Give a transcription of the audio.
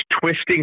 twisting